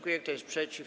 Kto jest przeciw?